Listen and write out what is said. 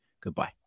Goodbye